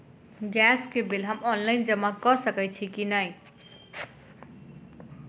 Gas केँ bill हम online जमा कऽ सकैत छी की नै?